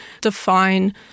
define